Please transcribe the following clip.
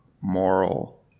moral